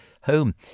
home